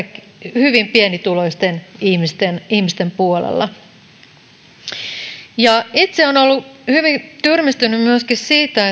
hyvin pienituloisten ihmisten ihmisten puolella itse olen ollut hyvin tyrmistynyt myöskin siitä